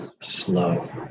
slow